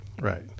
Right